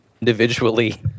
individually